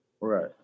Right